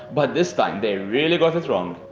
but this time, they really got it wrong!